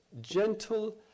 gentle